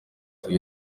huye